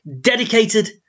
dedicated